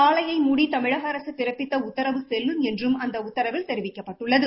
ஆலையை மூடி தமிழக அரசு பிறப்பித்த உத்தரவு செல்லும் என்றும் அந்த உத்தரவில் இந்த தெரிவிக்கப்பட்டுள்ளது